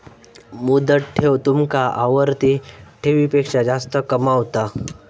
मुदत ठेव तुमका आवर्ती ठेवीपेक्षा जास्त कमावता